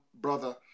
brother